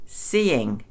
seeing